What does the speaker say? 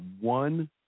one